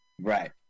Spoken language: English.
right